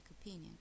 opinion